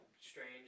Strange